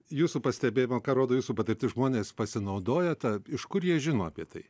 jūsų pastebėjimu ką rodo jūsų patirtis žmonės pasinaudoja ta iš kur jie žino apie tai